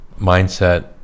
mindset